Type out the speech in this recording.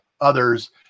others